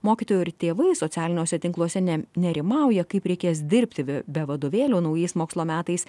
mokytojų ir tėvai socialiniuose tinkluose ne nerimauja kaip reikės dirbti ve be vadovėlio naujais mokslo metais